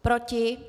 Proti?